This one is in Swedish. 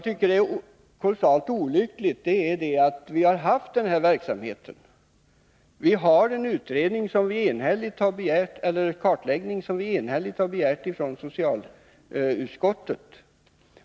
Vi har fått den kartläggning som vi från socialutskottet enhälligt har begärt.